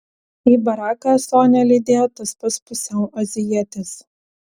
į baraką sonią lydėjo tas pats pusiau azijietis